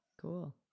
Cool